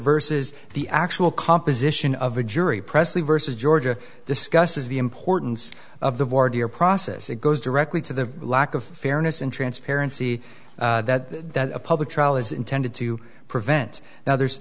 versus the actual composition of a jury pressley versus georgia discusses the importance of the border process it goes directly to the lack of fairness and transparency that that a public trial is intended to prevent now there's